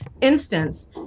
instance